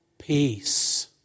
peace